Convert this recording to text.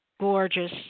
gorgeous